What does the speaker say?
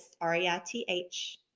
R-E-I-T-H